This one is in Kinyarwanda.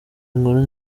inkuru